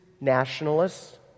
nationalists